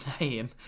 name